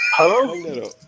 Hello